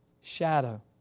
shadow